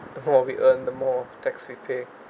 the more we earn the more tax we pay